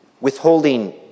withholding